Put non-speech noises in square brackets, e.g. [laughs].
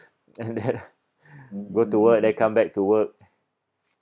and then [laughs] go to work then come back to work